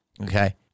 okay